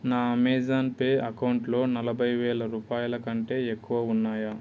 నా Amazon Pay అకౌంట్లో నలభై వేల రూపాయల కంటే ఎక్కువ ఉన్నాయా